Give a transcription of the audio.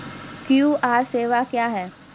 QR सेवा क्या हैं?